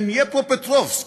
דנייפרופטרובסק,